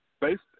based